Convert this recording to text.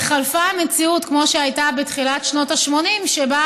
חלפה המציאות כמו שהייתה בתחילת שנות ה-80 שבה